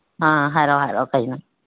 ꯑ ꯍꯥꯏꯔꯛꯑꯣ ꯍꯥꯏꯔꯛꯑꯣ ꯀꯩꯅꯣ